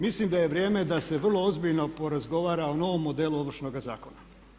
Mislim da je vrijeme da se vrlo ozbiljno porazgovara o novom modelu Ovršnoga zakona.